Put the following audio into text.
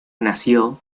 nació